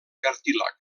cartílag